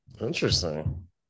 Interesting